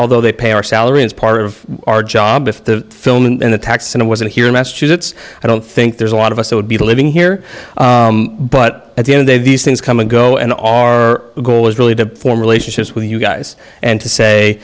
although they pay our salary as part of our job if the film and the tax and i wasn't here in massachusetts i don't think there's a lot of us that would be living here but at the end they these things come and go and our goal is really to form relationships with you guys and to say